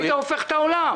היית הופך את העולם.